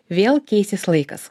vėl keisis laikas